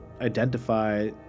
identify